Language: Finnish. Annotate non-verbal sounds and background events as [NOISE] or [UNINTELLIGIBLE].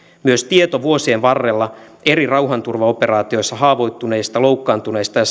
myös tieto vuosien varrella eri rauhanturvaoperaatioissa haavoittuneista loukkaantuneista ja [UNINTELLIGIBLE]